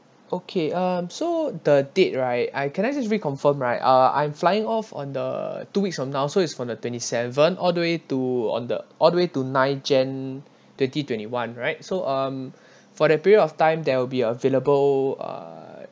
okay um so the date right I can I just re-confirm right uh I'm flying off on the two weeks from now so is from the twenty seventh all the way to on the all the way to nine jan twenty twenty one right so um for that period of time there will be available uh